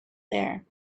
there